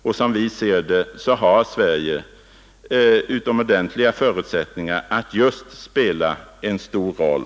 Och som vi ser det har Sverige utomordentliga förutsättningar att här spela en stor roll.